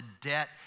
debt